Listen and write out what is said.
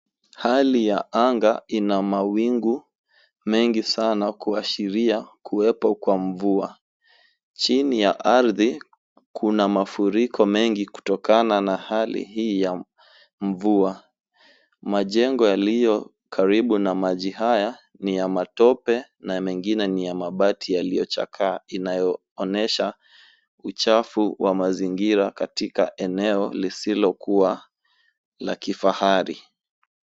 Hali ya anga ina mawingu mengi sana kuashiria kuwepo kwa mvua. Chini ya ardhi kuna mafuriko mengi kutokana na hali hii ya mvua. Majengo yaliyo karibu na maji haya ni ya matope na mengine ni ya mabati yaliyochakaa inayoonyesha uchafu wa mazingira katika eneo lisilokuwa la kifahari.